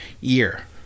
year